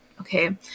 Okay